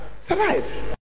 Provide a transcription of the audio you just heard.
Survive